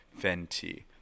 Fenty